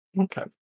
Okay